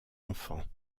enfants